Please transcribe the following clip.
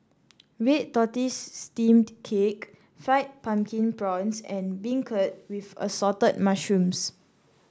Red Tortoise Steamed Cake Fried Pumpkin Prawns and beancurd with Assorted Mushrooms